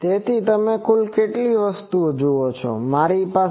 હવે ત્રીજી લાક્ષણિકતા એ છે કે જો તમે ગૌણ લોબની ગણતરી કરો તો તે ગૌણ લોબની પહોળાઈ હશે